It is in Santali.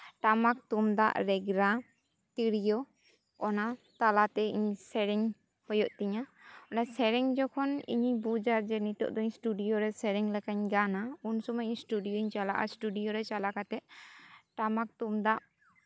ᱴᱟᱢᱟᱠ ᱛᱩᱢᱫᱟᱜ ᱨᱮᱜᱽᱲᱟ ᱛᱤᱨᱭᱚ ᱚᱱᱟ ᱛᱟᱞᱟᱛᱮ ᱤᱧ ᱥᱮᱨᱮᱧ ᱦᱩᱭᱩᱜ ᱛᱤᱧᱟᱹ ᱚᱱᱟ ᱥᱮᱨᱮᱧ ᱡᱚᱠᱷᱚᱱ ᱤᱧᱤᱧ ᱵᱩᱡᱟ ᱡᱮ ᱱᱤᱛᱚᱜ ᱫᱚ ᱤᱥᱴᱩᱰᱤᱭᱳ ᱨᱮ ᱥᱮᱨᱮᱧ ᱞᱮᱠᱟᱧ ᱜᱟᱱᱼᱟ ᱩᱱ ᱥᱚᱢᱚᱭ ᱤᱧ ᱤᱥᱴᱩᱰᱤᱭᱳᱧ ᱪᱟᱞᱟᱜᱼᱟ ᱤᱥᱴᱩᱰᱤᱭᱳ ᱨᱮ ᱪᱟᱞᱟᱣ ᱠᱟᱛᱮᱫ ᱴᱟᱢᱟᱠ ᱛᱩᱢᱫᱟᱜ